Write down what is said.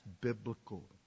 biblical